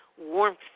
warmth